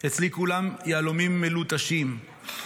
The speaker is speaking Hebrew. אצלי כולם יהלומים מלוטשים.